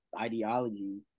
ideology